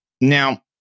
Now